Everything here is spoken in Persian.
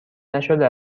نشده